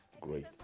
Great